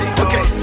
okay